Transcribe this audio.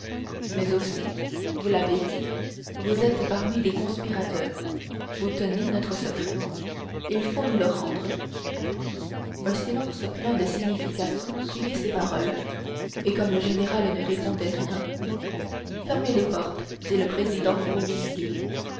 mais aussi vous l'avez dit vous êtes parmi des conspirateurs vous tenez notre secret il faut nous le rendre un silence plein de signification suivit ces paroles et comme le général ne répondait rien fermez les portes dit le président aux huissiers